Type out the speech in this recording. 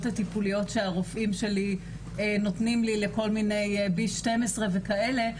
הטיפוליות שהרופאים שלי נותנים לכל מיני B12 וכאלה,